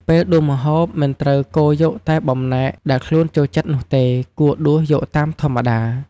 ពេលដួសម្ហូប មិនត្រូវកូរយកតែបំណែកដែលខ្លួនចូលចិត្តនោះទេ គួរដួសយកតាមធម្មតា។